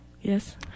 Yes